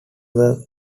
were